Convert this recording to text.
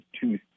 two